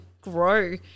grow